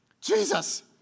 Jesus